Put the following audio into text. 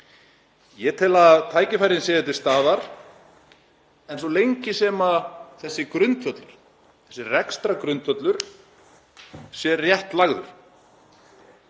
Ég tel að tækifærin séu til staðar svo lengi sem þessi grundvöllur, þessi rekstrargrundvöllur sé rétt lagður.